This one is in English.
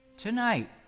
Tonight